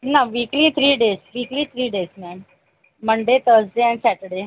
ना weekly three days weekly three days ma'am Monday Thursday and Saturday